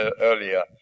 earlier